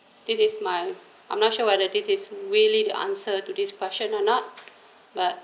this is my I'm not sure whether this is really the answer to this question or not but